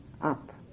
up